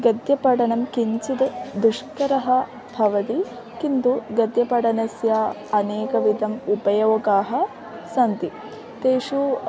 गद्यपठनं किञ्चिद् दुष्करः भवति किन्तु गद्यपठनस्य अनेकविधाः उपयोगाः सन्ति तेषु